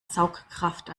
saugkraft